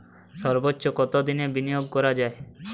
সর্বোচ্চ কতোদিনের বিনিয়োগ করা যায়?